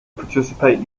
participate